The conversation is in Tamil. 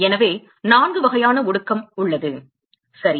எனவே நான்கு வகையான ஒடுக்கம் உள்ளது சரி